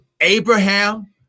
Abraham